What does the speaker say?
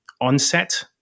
onset